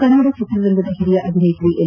ಕನ್ನಡ ಚಿತ್ರರಂಗದ ಹಿರಿಯ ಅಭನೇತ್ರಿ ಎಲ್